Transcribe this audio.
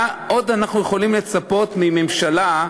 מה עוד אנחנו יכולים לצפות מממשלה?